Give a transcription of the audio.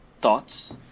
thoughts